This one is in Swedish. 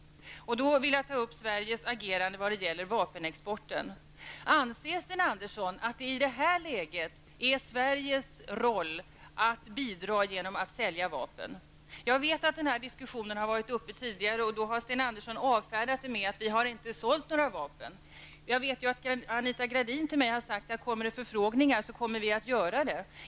Jag vill i det sammanhanget ta upp Sveriges agerande vad gäller vapenexporten. Anser Sten Andersson att det i detta läge är Sveriges uppgift att bidra genom att sälja vapen? Jag vet att denna fråga har varit upp till diskussion tidigare, och då har Sten Andersson avfärdat det hela med att säga att vi inte har sålt några vapen. Anita Gradin har till mig sagt, att kommer det förfrågningar så kommer vi att göra detta.